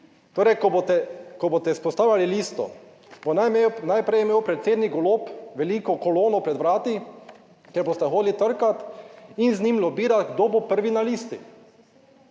boste, ko boste vzpostavljali listo, bo najprej imel predsednik Golob veliko kolono pred vrati, ker boste hodili trkati in z njim lobirati, kdo bo prvi na listi.